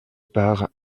par